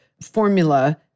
formula